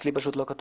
הסיפא מחוק